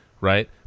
Right